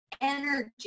energy